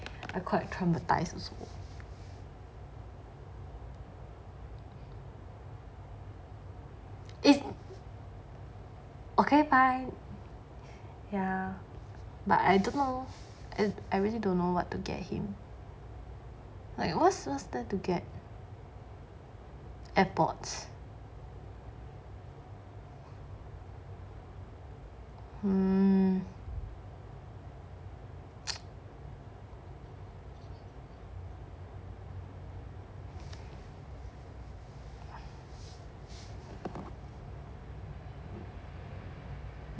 I quite traumatised also is okay fine ya but I don't know I really don't know what to get him like what's what's there to get airpods